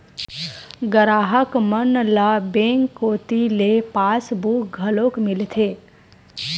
गराहक मन ल बेंक कोती ले पासबुक घलोक मिलथे